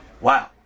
Wow